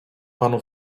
panu